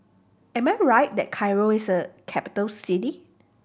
am I right that Cairo is a capital city